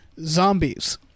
zombies